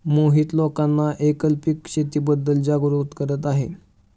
मोहित लोकांना एकल पीक शेतीबद्दल जागरूक करत आहे